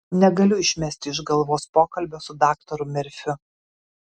negaliu išmesti iš galvos pokalbio su daktaru merfiu